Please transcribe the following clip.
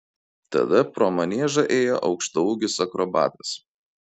tada pro maniežą ėjo aukštaūgis akrobatas